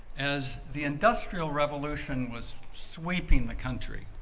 as the industrial revolution was sweeping the country,